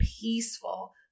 peaceful